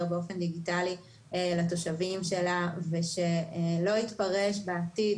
באופן דיגיטלי לתושבים שלה ושלא יתפרש בעתיד,